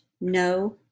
no